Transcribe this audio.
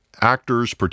actors